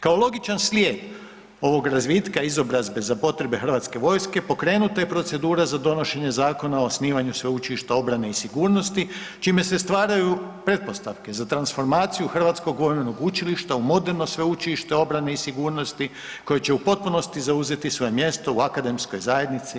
Kao logičan slijed ovog razvitka izobrazbe za potrebe hrvatske vojske pokrenuta je procedura za donošenje Zakona o osnivanju Sveučilišta obrane i sigurnosti čime se stvaraju pretpostavke za transformaciju Hrvatskog vojnog učilišta u moderno sveučilište obrane i sigurnosti koje će u potpunosti zauzeti svoje mjesto u Akademskoj zajednici RH.